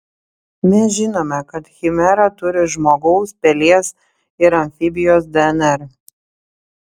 mes žinome kad chimera turi žmogaus pelės ir amfibijos dnr